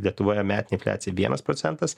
lietuvoje metinė infliacija vienas procentas